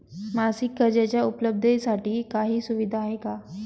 मासिक कर्जाच्या उपलब्धतेसाठी काही सुविधा आहे का?